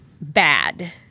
bad